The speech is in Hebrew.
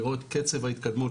לראות קצב ההתקדמות,